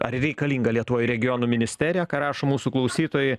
ar reikalinga lietuvoj regionų ministerija ką rašo mūsų klausytojai